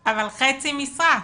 אבל חצי משרה.